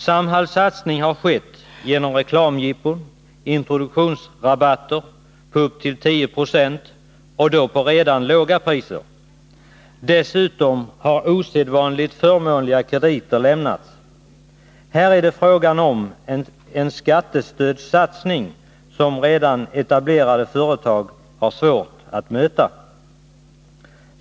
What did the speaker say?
Samhalls satsning har skett genom reklamjippon, introduktionsrabatter på upp till 10 26, på redan låga priser. Dessutom har osedvanligt förmånliga krediter lämnats. Här är det fråga om en skattestödd satsning som redan etablerade företag har svårt att möta.